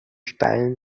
steilen